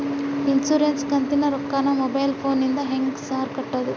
Insurance ಕಂತಿನ ರೊಕ್ಕನಾ mobile ಫೋನಿಂದ ಹೆಂಗ್ ಸಾರ್ ಕಟ್ಟದು?